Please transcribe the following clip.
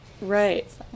Right